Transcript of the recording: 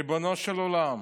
ריבונו של עולם,